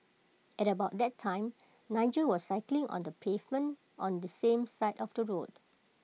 at about that time Nigel was cycling on the pavement on the same side of the road